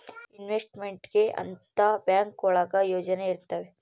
investment ಗೆ ಅಂತ bank ಒಳಗ ಯೋಜನೆ ಇರ್ತವೆ